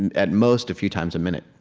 and at most, a few times a minute.